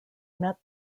met